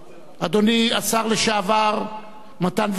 אדוני השר לשעבר מתן וילנאי,